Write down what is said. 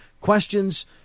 questions